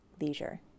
Leisure